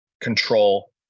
control